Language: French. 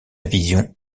vision